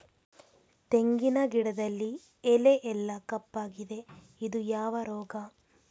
ತೆಂಗಿನ ಗಿಡದಲ್ಲಿ ಎಲೆ ಎಲ್ಲಾ ಕಪ್ಪಾಗಿದೆ ಇದು ಯಾವ ರೋಗ?